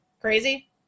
Crazy